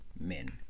men